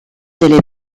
delle